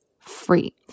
free